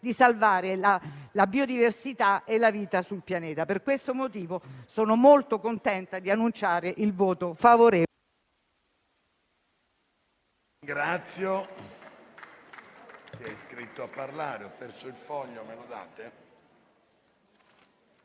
di salvare la biodiversità e la vita sul pianeta. Per questo motivo sono molto contenta di annunciare il voto favorevole